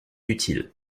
utile